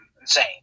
insane